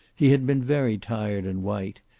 he had been very tired and white,